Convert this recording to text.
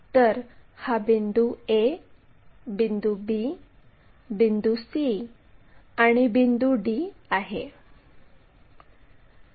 तर हा बिंदू A बिंदू B बिंदू C आणि बिंदू D आहे